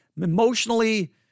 emotionally